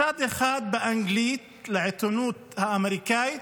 מצד אחד, באנגלית לעיתונות האמריקאית